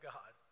God